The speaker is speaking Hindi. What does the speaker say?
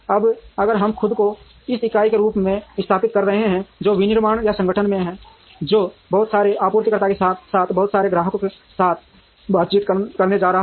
अब अगर हम खुद को इस इकाई के रूप में स्थापित कर रहे हैं जो विनिर्माण या संगठन है जो बहुत सारे आपूर्तिकर्ताओं के साथ साथ बहुत सारे ग्राहकों के साथ बातचीत करने जा रहा है